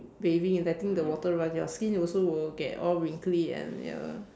bathing letting the water run your skin also will get all wrinkly and ya lah